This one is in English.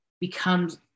becomes